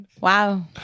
Wow